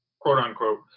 quote-unquote